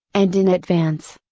and in advance.